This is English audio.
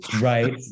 right